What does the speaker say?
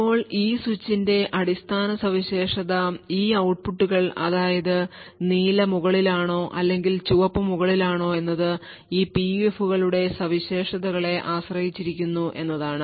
ഇപ്പോൾ ഈ സ്വിച്ചിന്റെ അടിസ്ഥാന സവിശേഷത ഈ ഔട്ട്പുട്ടുകൾ അതായത് നീല മുകളിലാണോ അല്ലെങ്കിൽ ചുവപ്പ് മുകളിലാണോ എന്നത് ഈ PUF കളുടെ സവിശേഷതകളെ ആശ്രയിച്ചിരിക്കുന്നു എന്നതാണ്